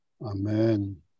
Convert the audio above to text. Amen